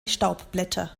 staubblätter